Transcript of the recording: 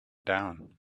down